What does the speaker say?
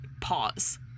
pause